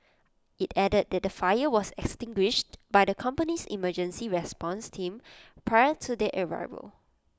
IT added that the fire was extinguished by the company's emergency response team prior to their arrival